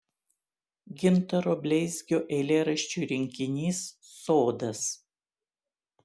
gintaro bleizgio eilėraščių rinkinys sodas